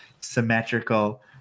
symmetrical